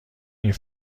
این